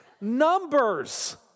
Numbers